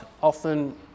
often